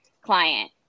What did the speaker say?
client